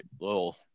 little